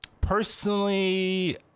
personally